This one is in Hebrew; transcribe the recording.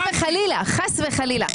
חס וחלילה.